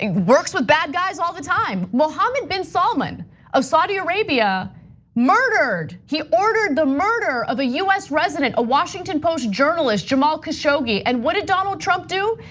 and works with bad guys all the time. mohammad bin salman of saudi arabia murdered, he ordered the murder of a us resident, a washington post journalist jamal khashoggi. and what did donald trump do?